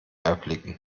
erblicken